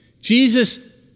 Jesus